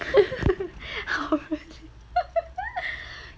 好人